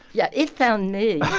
yeah, it found me